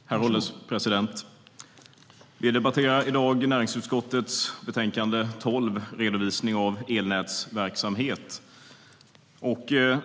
Herr ålderspresident! Vi debatterar i dag näringsutskottets betänkande 12, Redovisning av elnätsverksamhet.